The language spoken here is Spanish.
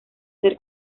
ser